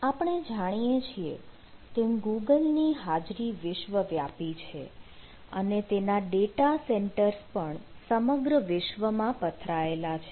આપણે જાણીએ છીએ તેમ ગૂગલ ની હાજરી વિશ્વ વ્યાપી છે અને તેના ડેટા સેન્ટર્સ પણ સમગ્ર વિશ્વમાં પથરાયેલા છે